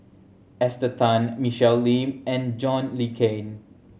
Esther Tan Michelle Lim and John Le Cain